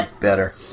better